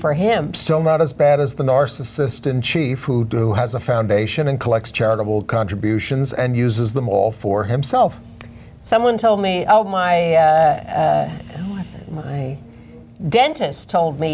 fore him still not as bad as the norse assistant chief who do has a foundation in collects charitable contributions and uses them all for himself someone told me oh my i see a dentist told me